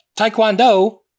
taekwondo